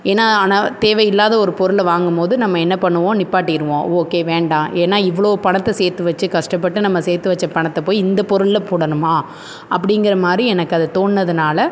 ஏனால் ஆனா தேவை இல்லாத ஒரு பொருளை வாங்கும் போது நம்ம என்ன பண்ணுவோம் நிற்பாட்டிருவோம் ஓகே வேண்டாம் ஏன்னால் இவ்வளோ பணத்தை சேர்த்து வெச்சு கஷ்டப்பட்டு நம்ம சேர்த்து வைச்ச பணத்தை போய் இந்த பொருளில் போடணுமா அப்படிங்கிற மாதிரி எனக்கு அது தோனிணதுனால